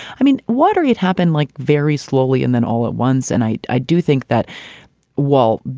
i mean, what are had happened like very slowly and then all at once. and i i do think that while,